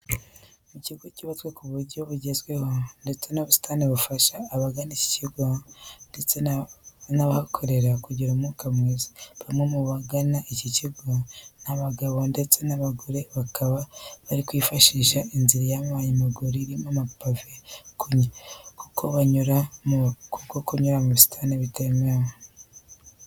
Mu kigo cyubatswe ku buryo bugezweho, ndetse n'ubusitani bufasha abagana iki kigo ndetse n'abahakorera kugira umwuka mwiza. Bamwe mu bagana iki kigo ni abagabo ndetse n'abagore bakaba bari kwifashisha inzira y'abanyamaguru irimo amapave kuko kunyura mu busitani bitemewe.